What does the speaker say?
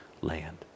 land